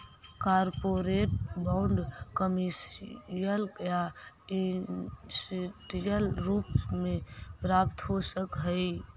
corporate bond commercial या industrial रूप में प्राप्त हो सकऽ हई